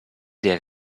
der